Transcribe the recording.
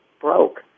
broke